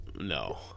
No